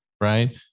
Right